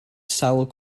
sawl